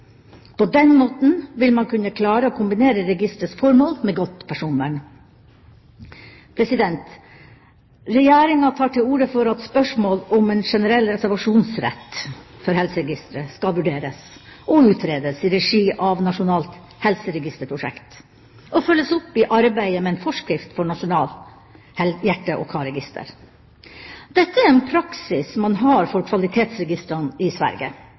På den måten vil man kunne klare å kombinere registerets formål med et godt personvern. Regjeringa tar til orde for at spørsmålet om en generell reservasjonsrett for helseregistre skal vurderes og utredes i regi av Nasjonalt helseregisterprosjekt, og følges opp i arbeidet med en forskrift for nasjonalt hjerte- og karregister. Dette er en praksis man har for kvalitetsregistrene i Sverige,